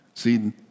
See